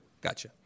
Gotcha